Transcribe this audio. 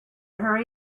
hurry